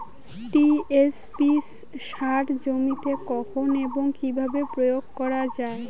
TSP সার জমিতে কখন এবং কিভাবে প্রয়োগ করা য়ায়?